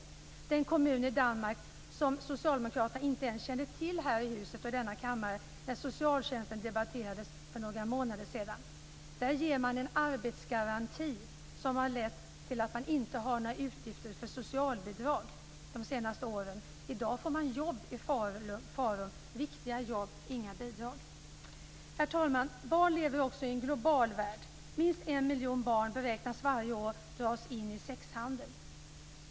Det är en kommun i Danmark som socialdemokraterna här i huset och i denna kammare inte ens kände till när socialtjänsten debatterades för några månader sedan. Där ger man en arbetsgaranti, som har lett till att man inte haft några utgifter för socialbidrag de senaste åren. I dag får människorna jobb i Farum - riktiga jobb och inga bidrag. Herr talman! Barn lever också i en global värld. Minst en miljon barn beräknas varje år dras in i sexhandel.